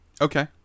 Okay